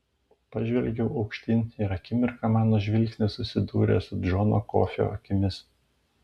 pažvelgiau aukštyn ir akimirką mano žvilgsnis susidūrė su džono kofio akimis